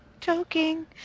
Choking